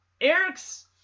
Eric's